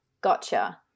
Gotcha